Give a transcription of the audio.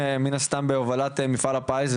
בהובלת מפעל הפיס,